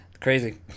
Crazy